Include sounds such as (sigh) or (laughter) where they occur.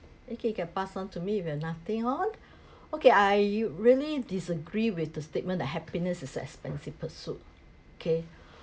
okay can pass on to me if you have nothing on (breath) okay I really disagree with the statement that happiness is expensive pursuit okay